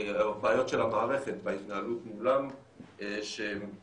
בעיות של המערכת בהתנהלות מולם שמשפיעות,